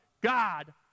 God